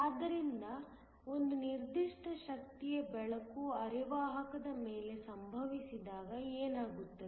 ಆದ್ದರಿಂದ ಒಂದು ನಿರ್ದಿಷ್ಟ ಶಕ್ತಿಯ ಬೆಳಕು ಅರೆವಾಹಕದ ಮೇಲೆ ಸಂಭವಿಸಿದಾಗ ಏನಾಗುತ್ತದೆ